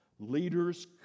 Leaders